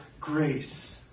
grace